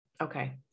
Okay